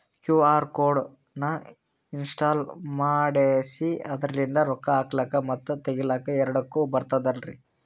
QR code ನ install ಮಾಡೆಸಿ ಅದರ್ಲಿಂದ ರೊಕ್ಕ ಹಾಕ್ಲಕ್ಕ ಮತ್ತ ತಗಿಲಕ ಎರಡುಕ್ಕು ಬರ್ತದಲ್ರಿ?